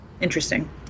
Interesting